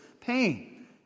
pain